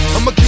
I'ma